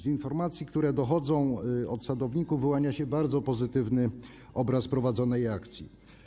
Z informacji, które dochodzą od sadowników, wyłania się bardzo pozytywny obraz prowadzonej akcji.